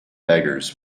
beggars